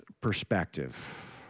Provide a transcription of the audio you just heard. perspective